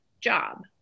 job